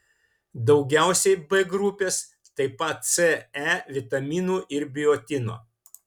daugiausiai b grupės taip pat c e vitaminų ir biotino